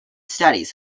studies